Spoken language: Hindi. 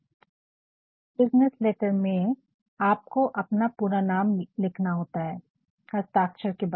परन्तु बिज़नेस लेटर में आपको अपना पूरा नाम लिखने होता है हस्ताक्षर के बाद